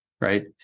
right